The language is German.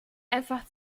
einfach